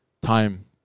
Time